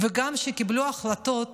וכשהם קיבלו החלטות